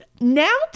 now